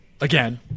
again